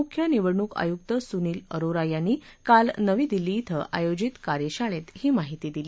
मुख्य निवडणूक आयुक्त सुनील अरोरा यांनी काल नवी दिल्ली क्वे आयोजित कार्यशाळेत ही माहिती दिली